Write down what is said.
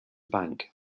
bank